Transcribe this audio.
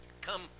Come